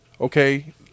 okay